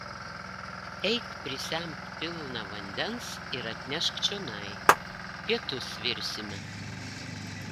eik prisemk pilną vandens ir atnešk čionai pietus virsime